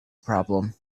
problem